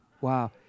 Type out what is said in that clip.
wow